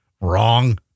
Wrong